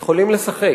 יכולים לשחק,